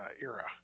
era